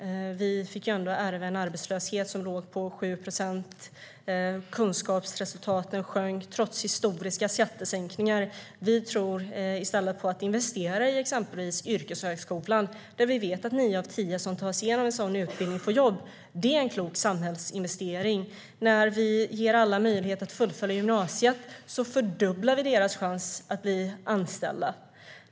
Vi fick ärva en arbetslöshet som låg på 7 procent, och kunskapsresultaten sjönk trots historiska skattesänkningar. Vi tror i stället på att investera i exempelvis yrkeshögskolan där vi vet att nio av tio som tar sig igenom utbildningen får jobb. Det är en klok samhällsinvestering. När vi ger alla möjlighet att fullfölja gymnasiet fördubblar vi deras chans att bli anställda.